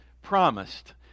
Promised